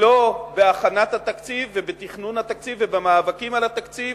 לא בהכנת התקציב ובתכנון התקציב ובמאבקים על התקציב,